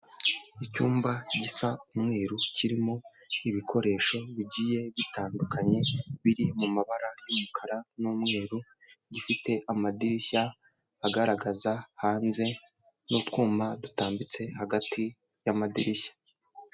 Icyumba gisa umweru kirimo ibikoresho bigiye bitandukanye biri mu mabara y'umukara n'umweru gifite amadirishya agaragaza hanze n'utwuma dutambitse hagati y'amadirishya.